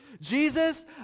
Jesus